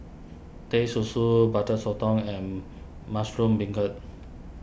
Teh Susu Butter Sotong and Mushroom Beancurd